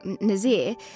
Nazir